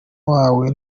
wawe